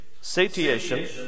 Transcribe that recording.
satiation